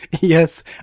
Yes